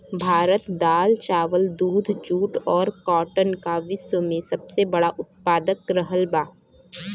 भारत दाल चावल दूध जूट और काटन का विश्व में सबसे बड़ा उतपादक रहल बा